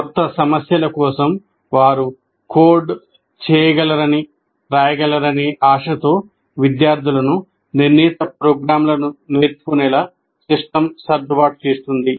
క్రొత్త సమస్యల కోసం వారు కోడ్ చేయగలరని ఆశతో విద్యార్థులను నిర్ణీత ప్రోగ్రామ్లను నేర్చుకునేలా సిస్టమ్ సర్దుబాటు చేస్తుంది